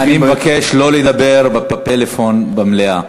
אני מבקש שלא לדבר בפלאפון במליאה.